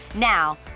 now,